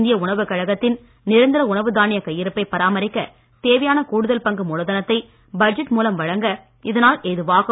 இந்திய உணவுக் கழகத்தின் நிரந்தர உணவு தானியக் கையிருப்பை பாராமரிக்க தேவையான கூடுதல் பங்கு மூலதனத்தை பட்ஜெட் மூலம் வழங்க இதனால் ஏதுவாகும்